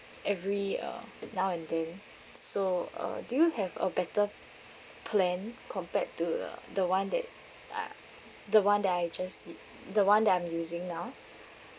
every uh now and then so uh do you have a better plan compared to the the one that uh the one that I just u~ the one that I'm using now